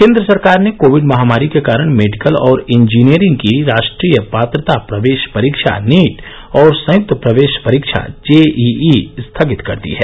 केन्द्र सरकार ने कोविड महामारी के कारण मेडिकल और इंजीनियरिंग की राष्ट्रीय पात्रता प्रवेश परीक्षा नीट और संयुक्त प्रवेश परीक्षा जेईई स्थगित कर दी है